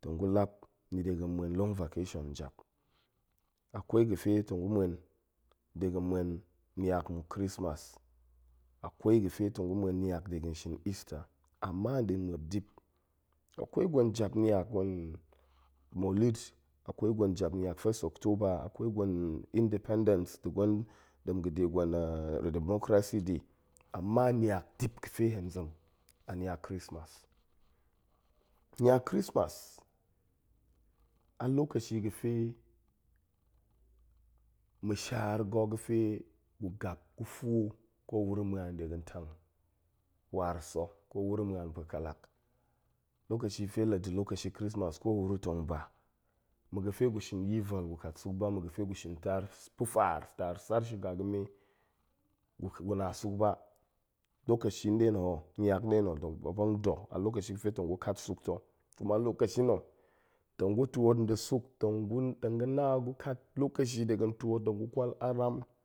tong gu lap ni ade ga̱ ma̱en long vocation njap, akwai ga̱fe tong gu ma̱en de ga̱ ma̱en niak nmuk ƙrismas, akwai ga̱fe tong gu ma̱en niak de ga̱n shin easter, amma nɗin muop dip. akwai gwen jap niak, gwen molud, akwai gwen jap niak first october, akwai gwen independence, nda̱ gwen ɗem ga̱de gwen democracy day, amma niak dip ga̱fe hen zem a niak krismas. Niak krismas a lokashi ga̱fe ma̱shaar ga̱ ga̱fe gu gap gu fuu, kowuro ma̱an de ga̱n tang waar sa̱, kowuro ma̱an pa̱ kalak. lokashi fe laga̱ lokashi ƙrismas kowuro tong ba, ma̱ ga̱fe gu shin yi vel gu kat suk ba, ma̱ ga̱ fe gu shin taar s pa̱faar, taar sar shiƙaga̱me ga̱, gu na suk ba, lokashi nɗe no ho, niak nɗe no, muop tong da̱, alokachi ga̱fe tong gu kat suk ta̱, kuma lokashi nna̱, tong gu twot nda̱ suk, tong gu, tong ga̱ na gu kat lokashi de ga̱n twot, tong gu kwal aram